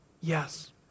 yes